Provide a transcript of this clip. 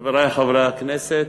חברי חברי הכנסת,